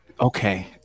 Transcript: okay